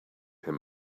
him